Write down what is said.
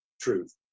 truth